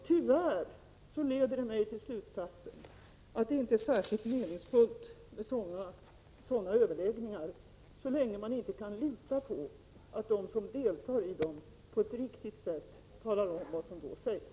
Detta leder mig tyvärr till slutsatsen att det inte är särskilt meningsfullt med sådana överläggningar så länge man inte kan lita på att de, som deltar i dem, på ett riktigt sätt talar om vad som då sägs.